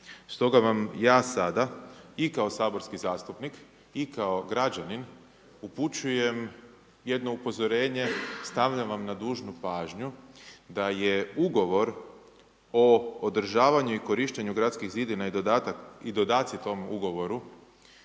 Stoga vam ja sada i kao saborski zastupnik i kao građanin upućujem jedno upozorenje, stavljam vam na dužnu pažnju, da je ugovor o održavanju i korištenju gradskih zidina i dodaci tom ugovoru,